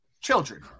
Children